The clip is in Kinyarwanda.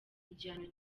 igihano